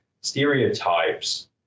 stereotypes